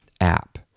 app